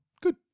Good